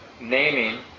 naming